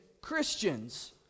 Christians